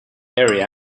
area